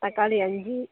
தக்காளி அஞ்சு